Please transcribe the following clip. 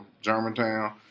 Germantown